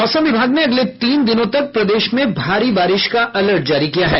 मौसम विभाग ने अगले तीन दिनों तक प्रदेश में भारी बारिश का अलर्ट जारी किया है